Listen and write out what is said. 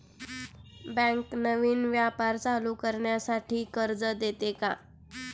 Bank नवीन व्यापार चालू करण्यासाठी कर्ज देते का?